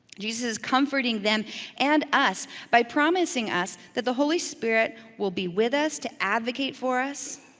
jesus is comforting them and us by promising us that the holy spirit will be with us to advocate for us,